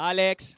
Alex